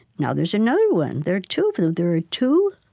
now there is another one. there are two of them. there are two,